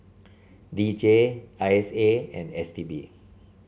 D J I S A and S T B